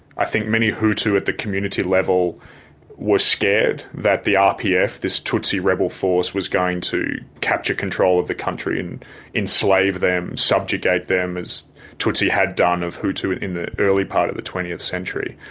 i think many hutu at the community level were scared that the rpf, this tutsi rebel force, was going to capture control of the country and enslave them, subjugate them as tutsi had done of hutu in the early part of the twentieth century.